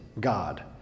God